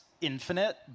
infinite